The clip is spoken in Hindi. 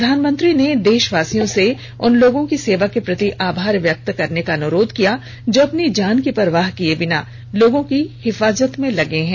प्रधानमंत्री ने देशवासियों से उन लोगों की सेवा के प्रति आभार व्यक्त करने का अनुरोध किया जो अपनी जान की परवाह किए बिना लोगों की हिफाजत में लगे हैं